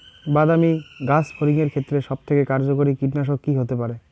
বাদামী গাছফড়িঙের ক্ষেত্রে সবথেকে কার্যকরী কীটনাশক কি হতে পারে?